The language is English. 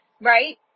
right